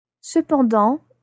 Cependant